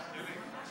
חיליק,